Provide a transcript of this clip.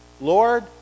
Lord